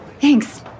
Thanks